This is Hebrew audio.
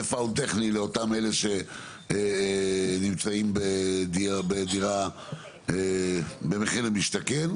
foul טכני לאותם אלה שנמצאים בדירה במחיר למשתכן,